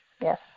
yes